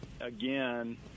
again